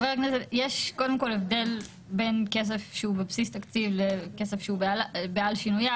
יש הבדל בין כסף שהוא בבסיס תקציב לכסף שהוא ב"על שינוייו".